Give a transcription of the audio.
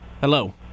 Hello